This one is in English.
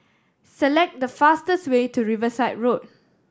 select the fastest way to Riverside Road